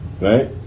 Right